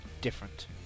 different